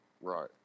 Right